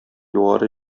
югары